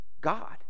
God